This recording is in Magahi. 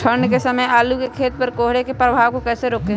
ठंढ के समय आलू के खेत पर कोहरे के प्रभाव को कैसे रोके?